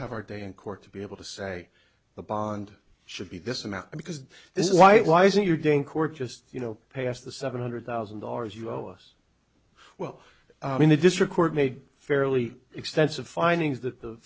have our day in court to be able to say the bond should be this amount because this is why it lies in your day in court just you know past the seven hundred thousand dollars you owe us well i mean the district court made fairly extensive findings that the